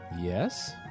Yes